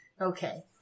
Okay